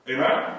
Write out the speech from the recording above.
Amen